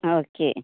okay